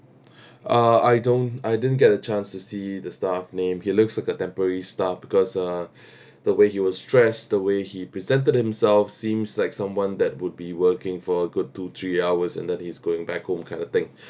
uh I don't I didn't get a chance to see the staff name he looks like a temporary staff because uh the way he was dressed the way he presented himself seems like someone that would be working for a good two three hours and then he's going back home kind of thing